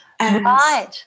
Right